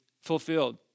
fulfilled